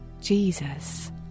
Jesus